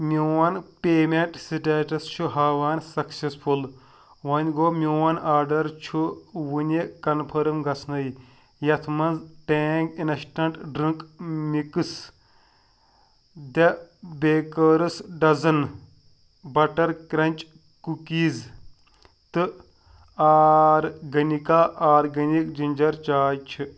میون payment status چھُ ہاوان سکسٮ۪سفُل وۄنۍ گوٚو میون آرڈر چھُ وُنہِ کنفٔرم گژھنَے یتھ مَنٛز Tang instant drink mix the bakers dozen butter crunch cookies تہٕ آرگینِکا آرگینِک جِنجر چاے چھِ